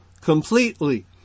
completely